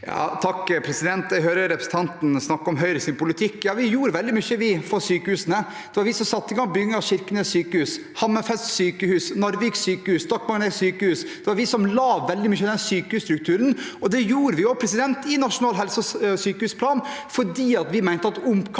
Jeg hører repre- sentanten Klungland snakke om Høyres politikk. Vi gjorde veldig mye for sykehusene. Det var vi som satte i gang bygging av Kirkenes sykehus, Hammerfest sykehus, Narvik sykehus, Stokmarknes sykehus. Det var vi som la veldig mye av den sykehusstrukturen, og det gjorde vi i Nasjonal helse- og sykehusplan, for vi mente at omkampens